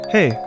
Hey